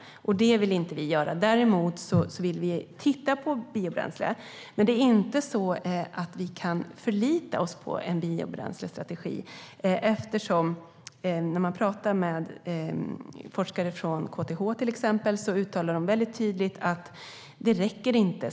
Det vill vi inte göra. Däremot vill vi titta på biobränslen, men vi kan inte förlita oss på en biobränslestrategi. När man pratar med forskare från till exempel KTH uttalar de mycket tydligt att skogen inte räcker till.